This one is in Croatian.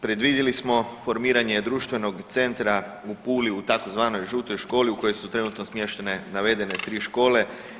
Predvidjeli smo formiranje društvenog centra u Puli u tzv. žutoj školi u kojoj su trenutno smještene navedene 3 škole.